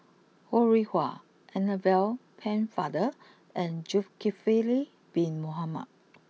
Ho Rih Hwa Annabel Pennefather and Zulkifli Bin Mohamed